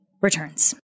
returns